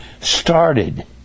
started